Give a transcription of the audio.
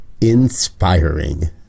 inspiring